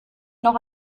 noch